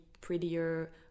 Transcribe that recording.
prettier